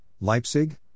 Leipzig